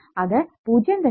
അത് 0